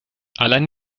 allein